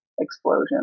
explosion